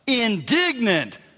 indignant